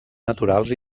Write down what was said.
naturals